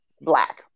black